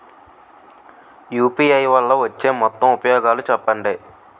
UPI వల్ల వచ్చే మొత్తం ఉపయోగాలు చెప్పండి?